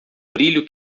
brilho